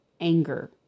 anger